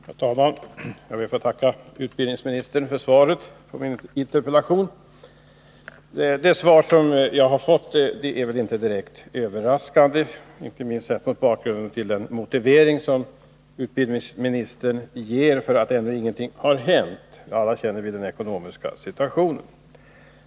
Herr talman! Jag ber att få tacka utbildningsministern för svaret på min interpellation. Svaret är väl inte direkt överraskande, särskilt inte sett mot bakgrund av den motivering utbildningsministern ger för att regeringen ännu inte har vidtagit några åtgärder — alla känner vi ju till den besvärliga ekonomiska situationen.